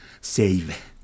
save